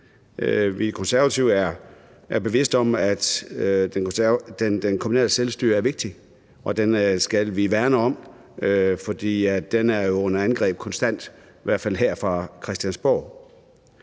Vi Konservative er bevidste om, at det kommunale selvstyre er vigtigt, og det skal vi værne om, for det er jo under angreb konstant, i hvert fald her fra Christiansborg.